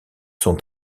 sont